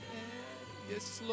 Yes